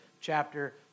chapter